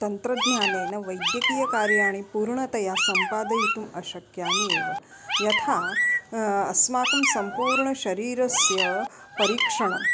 तन्त्रज्ञानेन वैद्यकीयकार्याणि पूर्णतया सम्पादयितुं अशक्यानि एव यथा अस्माकं सम्पूर्णशरीरस्य परीक्षणं